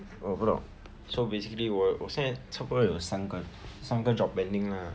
我不懂 so basically 我我现在差不多有三个三个 job pending lah